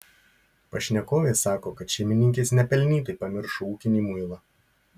pašnekovė sako kad šeimininkės nepelnytai pamiršo ūkinį muilą